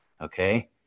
Okay